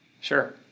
Sure